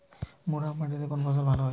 মুরাম মাটিতে কোন ফসল ভালো হয়?